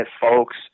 folks